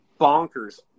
bonkers